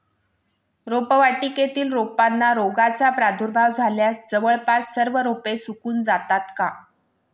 रोपवाटिकेतील रोपांना रोगाचा प्रादुर्भाव झाल्यास जवळपास सर्व रोपे सुकून जातात का?